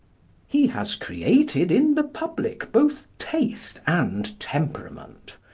he has created in the public both taste and temperament.